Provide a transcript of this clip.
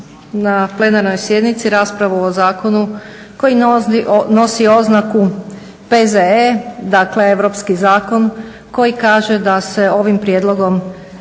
na plenarnoj sjednici raspravu o Zakonu koji nosi oznaku PZE dakle europski zakon koji kaže da se ovim prijedlogom